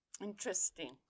Interesting